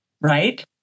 right